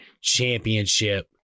championship